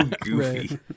goofy